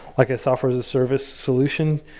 like a software service solution,